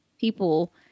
people